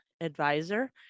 advisor